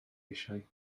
eisiau